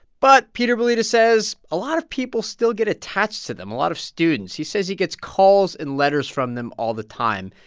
but peter balyta says a lot of people still get attached to them, a lot of students. he says he gets calls and letters from them all the time.